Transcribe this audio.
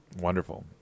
Wonderful